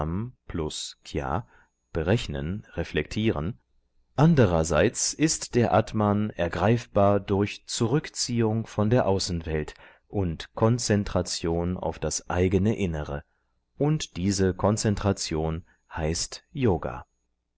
reflektieren andererseits ist der atman ergreifbar durch zurückziehung von der außenwelt und konzentration auf das eigene innere und diese konzentration heißt yoga